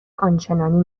آنچنانی